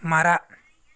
ಮರ